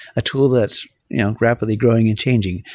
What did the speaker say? a tool that's you know rapidly growing and changing.